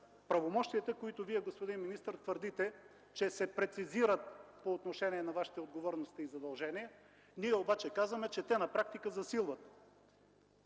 правомощията, които Вие, господин министър, твърдите, че се прецизират по отношение на Вашите отговорности и задължения. Ние обаче казваме, че те на практика засилват